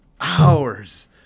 hours